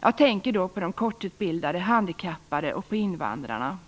Jag tänker då på de kortutbildade, de handikappade och invandrarna.